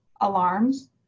alarms